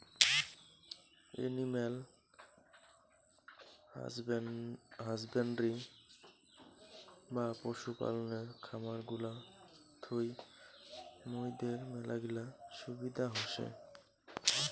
animal husbandry বা পশু পালনের খামার গুলা থুই মুইদের মেলাগিলা সুবিধা হসে